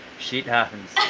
shit happens,